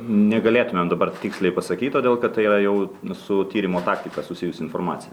negalėtumėm dabar tiksliai pasakyt todėl kad tai yra jau su tyrimo taktika susijusi informacija